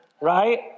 Right